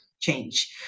change